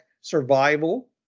survival